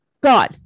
god